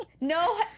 No